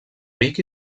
vic